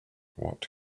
what